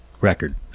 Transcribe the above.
record